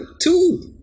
two